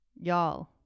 Y'all